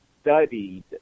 studied